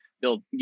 build